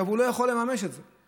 הוא לא יכול לממש את זה.